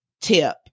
tip